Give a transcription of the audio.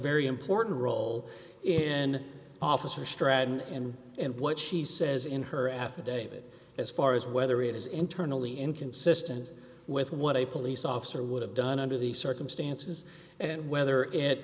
very important role in officer stratton and and what she says in her affidavit as far as whether it is internally inconsistent with what a police officer would have done under the circumstances and whether it